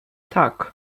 tak